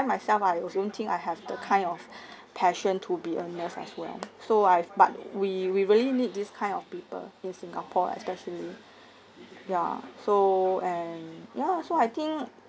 think myself I don't think I have the kind of passion to be a nurse as well so I've but we we really need this kind of people in singapore especially ya so and ya lah so I think